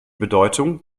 bedeutung